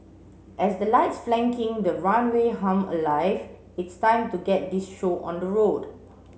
as the lights flanking the runway hum alive it's time to get this show on the road